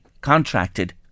contracted